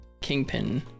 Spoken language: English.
Kingpin